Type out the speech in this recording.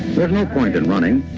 sort of no point in running.